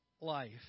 life